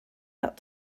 that